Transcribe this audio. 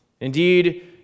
indeed